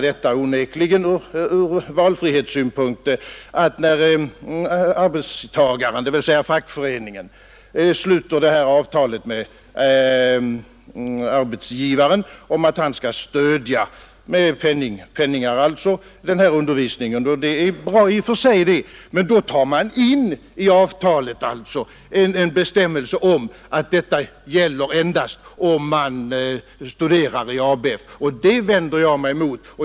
Det är onekligen ur valfrihetssynpunkt illa, att man i det avtal som sluts mellan arbetstagaren, dvs. fackföreningen, och arbetsgivaren om att denne med penningar skall stödja undervisningen — det är i och för sig bra — tar in en bestämmelse om att detta gäller endast om man studerar i ABF. Det vänder jag mig emot.